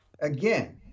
again